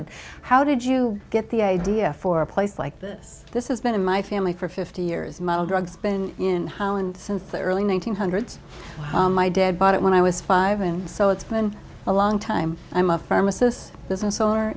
and how did you get the idea for a place like this this has been in my family for fifty years model drugs been in holland since the early one nine hundred my dad bought it when i was five and so it's been a long time i'm a firm asus business owner